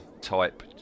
type